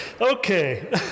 Okay